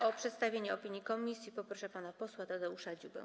O przedstawienie opinii komisji poproszę pana posła Tadeusza Dziubę.